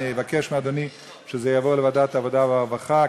נבקש מאדוני שזה יעבור לוועדת העבודה והרווחה,